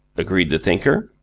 agreed the thinker.